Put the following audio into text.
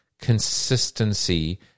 consistency